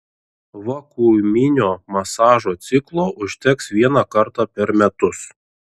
vakuuminio masažo ciklo užteks vieną kartą per metus